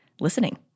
listening